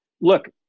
look